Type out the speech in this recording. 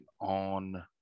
on